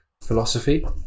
philosophy